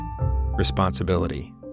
responsibility